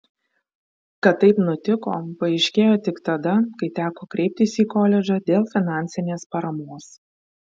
kad taip nutiko paaiškėjo tik tada kai teko kreiptis į koledžą dėl finansinės paramos